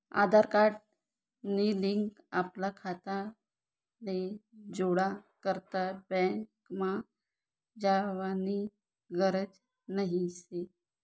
आधार card नी link आपला खाताले जोडा करता बँकमा जावानी गरज नही शे